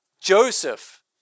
Joseph